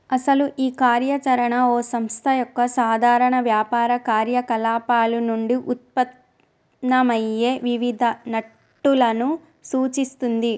అసలు ఈ కార్య చరణ ఓ సంస్థ యొక్క సాధారణ వ్యాపార కార్యకలాపాలు నుండి ఉత్పన్నమయ్యే వివిధ నట్టులను సూచిస్తుంది